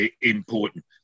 important